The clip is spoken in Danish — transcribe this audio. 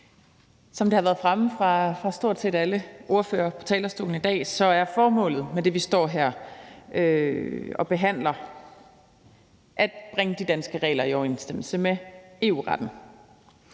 Som det har været fremme fra stort set alle ordførere på talerstolen i dag, er formålet med det, vi står her og behandler, at bringe de danske regler i overensstemmelse med EU-retten.